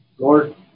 Lord